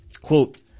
Quote